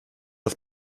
auf